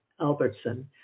Albertson